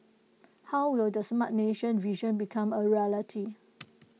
how will the Smart Nation vision become A reality